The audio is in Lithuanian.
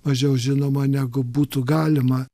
mažiau žinoma negu būtų galima